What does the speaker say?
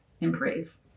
improve